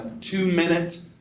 two-minute